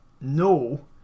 No